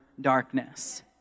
darkness